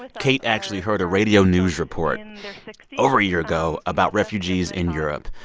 but kate actually heard a radio news report over a year ago about refugees in europe.